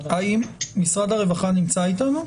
משרד הרווחה נמצא איתנו?